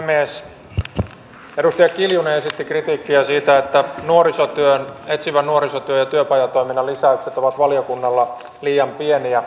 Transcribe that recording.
edustaja kiljunen esitti kritiikkiä siitä että etsivän nuorisotyön ja työpajatoiminnan lisäykset ovat valiokunnalla liian pieniä